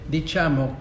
Diciamo